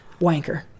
wanker